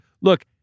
Look